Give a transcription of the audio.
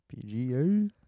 pga